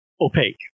opaque